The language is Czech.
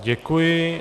Děkuji.